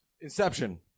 Inception